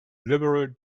liberal